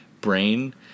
brain